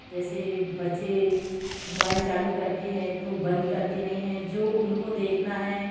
जैसे बच्चे मोबाईल चालू करते हैं तो बंद करते नहीं हैं जो उनको देखना हैं